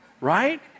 Right